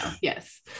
Yes